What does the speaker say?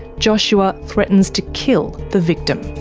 joshua threatens to kill the victim.